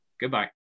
Goodbye